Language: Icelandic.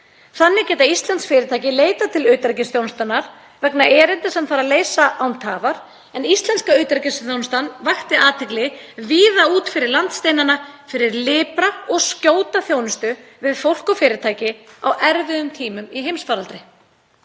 Þannig geta íslensk fyrirtæki leitað til utanríkisþjónustunnar vegna erinda sem þarf að leysa án tafar en íslenska utanríkisþjónustan vakti athygli víða út fyrir landsteinana fyrir lipra og skjóta þjónustu við fólk og fyrirtæki á erfiðum tímum í heimsfaraldri.